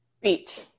beach